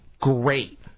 Great